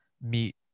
meet